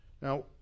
Now